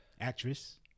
actress